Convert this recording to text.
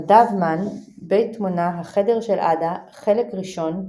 נדב מן, ביתמונה, החדר של עדה חלק ראשון,